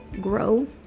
grow